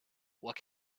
what